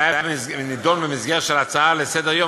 אם זה היה נדון במסגרת של הצעה לסדר-יום,